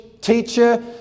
teacher